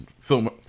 film